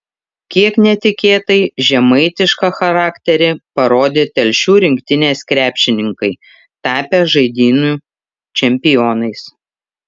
kiek netikėtai žemaitišką charakterį parodė telšių rinktinės krepšininkai tapę žaidynių čempionais